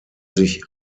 sich